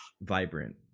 vibrant